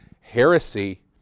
heresy